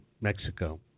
mexico